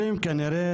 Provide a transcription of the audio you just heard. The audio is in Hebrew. עכשיו אני רוצה לשאול,